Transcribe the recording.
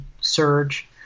Surge